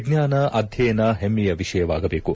ವಿಜ್ಞಾನ ಅಧ್ಯಯನ ಪೆಮ್ಸೆಯ ವಿಷಯವಾಗಬೇಕು